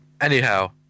anyhow